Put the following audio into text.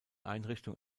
einrichtung